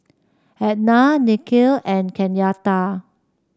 Etna Nikhil and Kenyatta